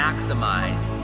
Maximize